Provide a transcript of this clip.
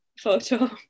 photo